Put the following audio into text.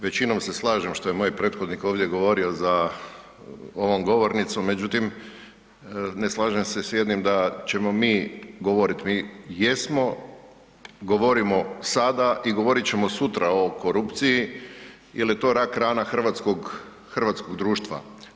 Većinom se slažem što je moj prethodnik ovdje govorio za ovom govornicom, međutim, ne slažem se s jednim, da ćemo mi govoriti, mi jesmo, govorimo sada i govorit ćemo sutra o korupciji jer je to rak-rana hrvatskog društva.